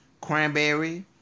cranberry